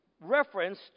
reference